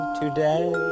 today